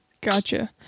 Gotcha